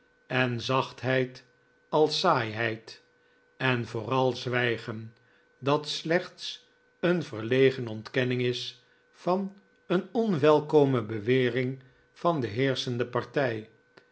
en zachtheid als saaiheid en vooral zwijgen dat slechts een verlegen ontkenning is van een onwelkome bewering van de heerschende partij